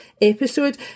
episode